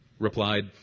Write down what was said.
Replied